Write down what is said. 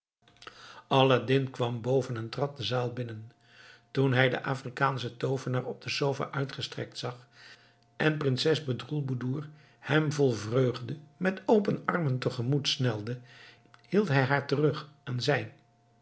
aladdin kwam boven en trad de zaal binnen toen hij den afrikaanschen toovenaar op de sofa uitgestrekt zag en prinses bedroelboedoer hem vol vreugde met open armen tegemoet snelde hield hij haar terug en zei